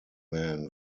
man